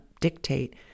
dictate